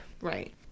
Right